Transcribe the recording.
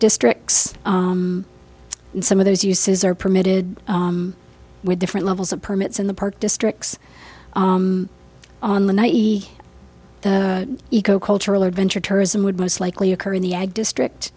districts and some of those uses are permitted with different levels of permits in the park districts on the night he eco cultural adventure tourism would most likely occur in the ag district